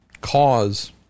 cause